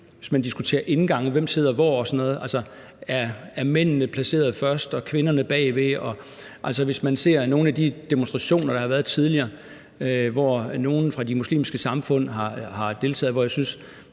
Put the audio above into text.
hvis vi diskuterer indgange og hvem der sidder hvor og sådan noget, er mændene placeret forrest og kvinderne bagved. Og hvis man ser nogle af de demonstrationer, der har været tidligere, hvor nogle fra de muslimske samfund har deltaget, synes jeg ikke,